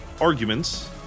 arguments